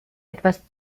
etwas